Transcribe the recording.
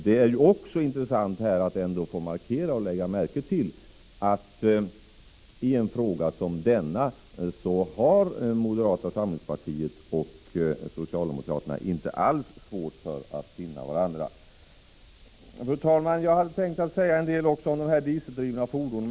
Det är också intressant att lägga märke till att i en fråga som denna har moderata samlingspartiet och socialdemokraterna inte alls svårt att finna varandra. Fru talman! Jag hade tänkt säga en del också om de dieseldrivna fordonen.